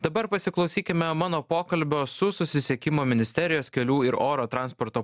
dabar pasiklausykime mano pokalbio su susisiekimo ministerijos kelių ir oro transporto